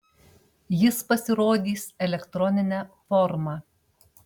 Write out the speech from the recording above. jis pasirodys elektronine forma